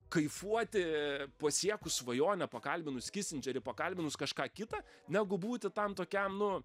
kaifuoti pasiekus svajonę pakalbinus kisindžerį pakalbinus kažką kitą negu būti tam tokiam nu